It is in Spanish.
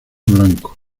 blanco